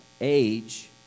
age